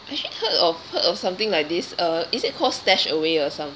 I actually heard of heard of something like this uh is it called StashAway or something